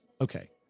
okay